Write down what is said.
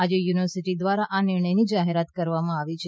આજે યુનિવર્સીટી દ્વારા આ નિર્ણયની જાહેરાત કરવામાં આવી છે